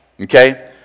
Okay